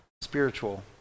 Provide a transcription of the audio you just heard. spiritual